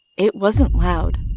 it wasn't loud.